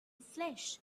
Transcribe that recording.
flesh